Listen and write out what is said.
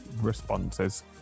responses